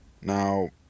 Now